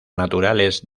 naturales